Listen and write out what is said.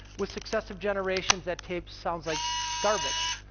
with successive generations that tape sounds like garbage.